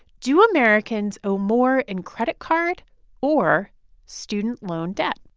do americans owe more in credit card or student loan debt?